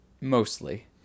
mostly